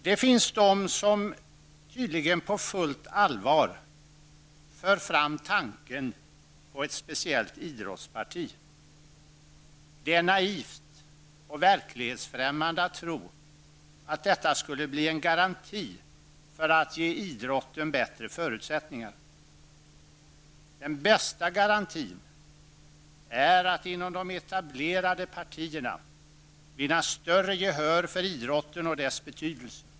Det finns de som, tydligen på fullt allvar, för fram tanken på ett speciellt idrottsparti. Det är naivt och verklighetsfrämmande att tro att detta skulle bli en garanti för att ge idrotten bättre förutsättningar. Den bästa garantin är att inom de etablerade partierna vinna större gehör för idrotten och dess betydelse.